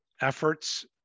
efforts